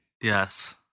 Yes